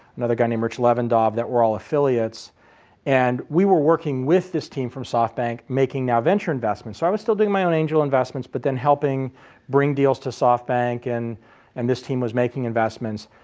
another guy named rich levandov, that were all affiliates and we were working with this team from softbank making our venture investments. so i was still doing my own angel investments, but then helping bring deals to softbank and and this team was making investments.